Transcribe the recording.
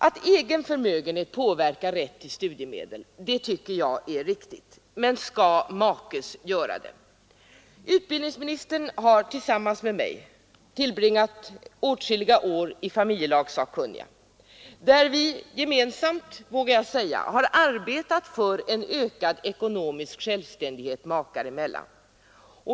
Att egen förmögenhet påverkar rätt till studiemedel tycker jag är riktigt. Men skall makes göra det? Utbildningsministern har tillsammans med mig tillbringat åtskilliga år i familjelagssakkunniga där vi gemensamt, vågar jag säga, har arbetat för en ökad ekonomisk självständighet makar emellan.